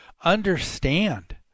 understand